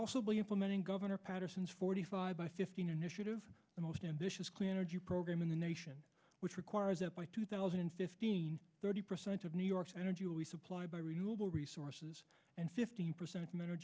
also be implementing governor paterson's forty five by fifteen initiative the most ambitious clean energy program in the nation which requires that by two thousand and fifteen thirty percent of new york's energy will be supplied by renewable resources and fifteen percent